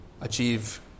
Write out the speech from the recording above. achieve